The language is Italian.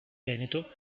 veneto